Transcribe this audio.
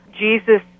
Jesus